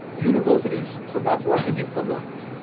universities, so that's what we did for learners.